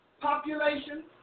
population